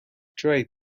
trade